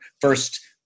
first